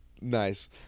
nice